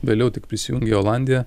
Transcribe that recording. vėliau tik prisijungė olandija